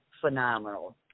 phenomenal